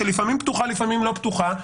שלפעמים פתוחה ולפעמים לא פתוחה,